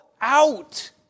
out